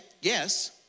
yes